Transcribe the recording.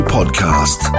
Podcast